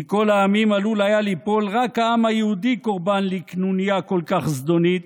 מכל העמים עלול היה ליפול רק העם היהודי קורבן לקנוניה כל כך זדונית,